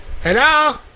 Hello